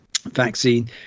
vaccine